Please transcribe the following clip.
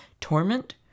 torment